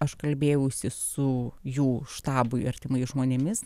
aš kalbėjausi su jų štabui artimais žmonėmis